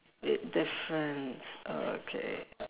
big difference okay